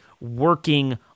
working